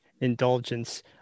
indulgence